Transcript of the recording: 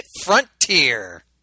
frontier